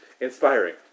inspiring